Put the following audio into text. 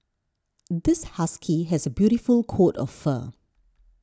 this husky has a beautiful coat of fur